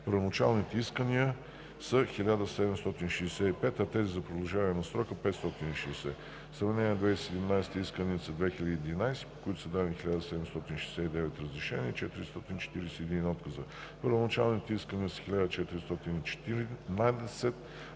Първоначалните искания са 1765, а тези за продължаване на срока са 560. В сравнение с 2017 г. исканията са 2211, по които са дадени 1769 разрешения и 441 отказа. Първоначалните искания са 1414,